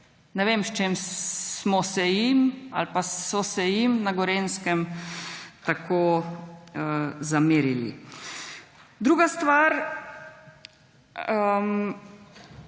Ne vem, s čim smo se jim ali so se jim na Gorenjskem tako zamerili. Druga stvar.